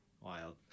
wild